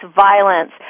violence